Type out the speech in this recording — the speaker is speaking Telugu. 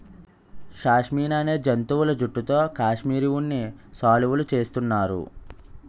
షష్మినా అనే జంతువుల జుట్టుతో కాశ్మిరీ ఉన్ని శాలువులు చేస్తున్నారు